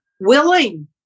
willing